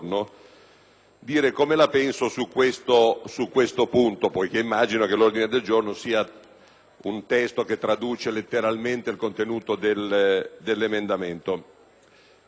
un testo che traduce letteralmente il contenuto dell'emendamento. Quanto sto per dire vale per l'emendamento, così come per l'ordine del giorno di conseguenza.